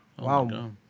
Wow